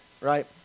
right